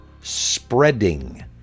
spreading